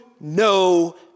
no